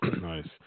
nice